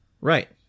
Right